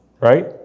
right